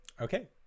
Okay